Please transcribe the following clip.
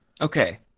okay